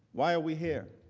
why are we here?